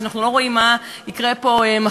כשאנחנו לא רואים מה יקרה פה מחר.